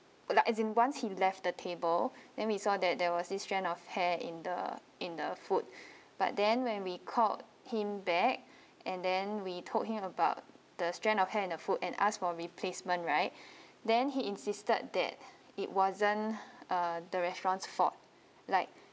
like as if once he left the table then we saw that there was this strand of hair in the in the food but then when we called him back and then we told him about the strand of hair in the food and asked for replacement right then he insisted that it wasn't uh the restaurant's fault like